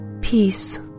peace